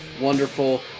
wonderful